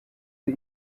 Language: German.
sie